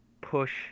push